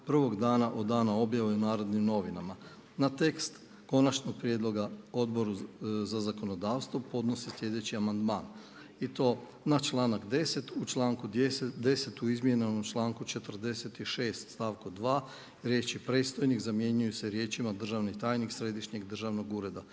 prvog dana od dana objave u „Narodnim novinama“. Na tekst konačnog prijedloga Odboru za zakonodavstvo podnosi sljedeći amandman i to na članak 10. U članku 10. u izmijenjenom članku 46. stavku 2. riječi: „predstojnik“ zamjenjuju se riječima „državni tajnik Središnjeg državnog ureda".